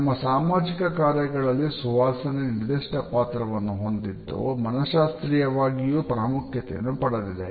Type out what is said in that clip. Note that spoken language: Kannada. ನಮ್ಮ ಸಾಮಾಜಿಕ ಕಾರ್ಯಗಳಲ್ಲಿ ಸುವಾಸನೆ ನಿರ್ದಿಷ್ಟ ಪಾತ್ರವನ್ನು ಹೊಂದಿದ್ದು ಮನಃಶಾಸ್ತ್ರೀಯವಾಗಿಯೂ ಪ್ರಾಮುಖ್ಯತೆಯನ್ನು ಪಡೆದಿದೆ